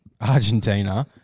Argentina